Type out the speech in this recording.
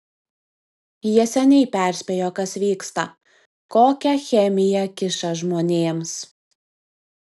jie seniai perspėjo kas vyksta kokią chemiją kiša žmonėms